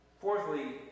Fourthly